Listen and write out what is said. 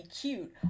cute